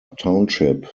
township